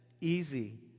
easy